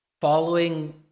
following